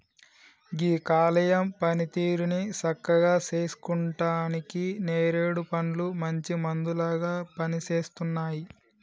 గీ కాలేయం పనితీరుని సక్కగా సేసుకుంటానికి నేరేడు పండ్లు మంచి మందులాగా పనిసేస్తున్నాయి